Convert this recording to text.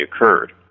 occurred